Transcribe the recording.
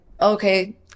okay